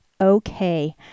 okay